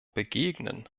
begegnen